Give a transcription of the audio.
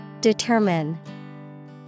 Determine